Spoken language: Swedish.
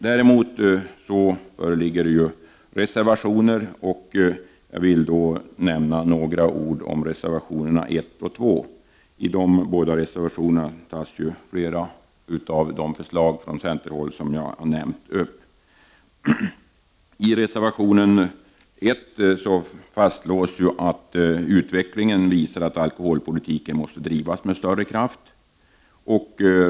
Däremot föreligger reservationer, och jag vill här säga några ord om reservationerna 1 och 2. I dessa reservationer tas upp flera av de förslag från centerhåll som jag har nämnt. I reservation 1 fastslås att utvecklingen visar att alkoholpolitiken måste drivas med större kraft.